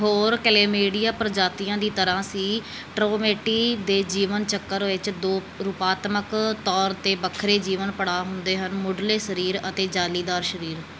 ਹੋਰ ਕੈਲੇਮੀਡੀਆ ਪ੍ਰਜਾਤੀਆਂ ਦੀ ਤਰ੍ਹਾਂ ਅਸੀਂ ਟ੍ਰੋਮੇਟੀ ਦੇ ਜੀਵਨ ਚੱਕਰ ਵਿੱਚ ਦੋ ਰੂਪਾਤਮਕ ਤੌਰ 'ਤੇ ਵੱਖਰੇ ਜੀਵਨ ਪੜਾਅ ਹੁੰਦੇ ਹਨ ਮੁੱਢਲੇ ਸਰੀਰ ਅਤੇ ਜਾਲੀਦਾਰ ਸ਼ਰੀਰ